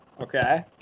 Okay